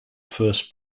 first